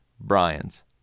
Brian's